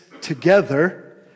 together